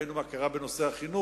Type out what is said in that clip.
ראינו מה קרה בנושא החינוך.